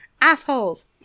Assholes